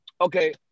Okay